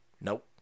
Nope